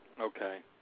Okay